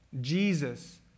Jesus